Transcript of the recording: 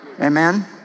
Amen